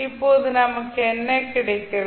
இப்போது நமக்கு என்ன கிடைக்கிறது